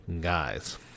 guys